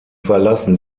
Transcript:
verlassen